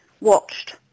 watched